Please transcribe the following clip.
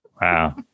Wow